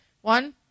One